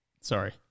Sorry